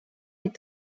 est